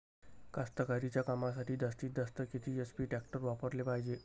कास्तकारीच्या कामासाठी जास्तीत जास्त किती एच.पी टॅक्टर वापराले पायजे?